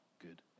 good